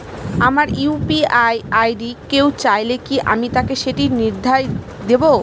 আমার UPI ID কেউ চাইলে কি আমি তাকে সেটি নির্দ্বিধায় দেব?